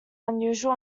unusual